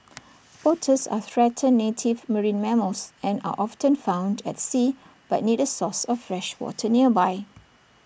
otters are threatened native marine mammals and are often found at sea but need A source of fresh water nearby